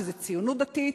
שזה ציונות דתית,